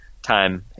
time